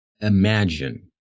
imagine